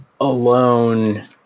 alone